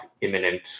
imminent